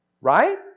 right